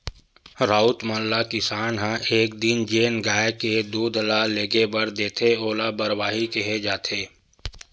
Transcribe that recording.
राउत मन ल किसान ह एक दिन जेन गाय के दूद ल लेगे बर देथे ओला बरवाही केहे जाथे